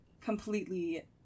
Completely